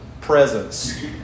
presence